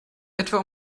etwa